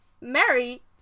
Mary